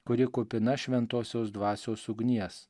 kuri kupina šventosios dvasios ugnies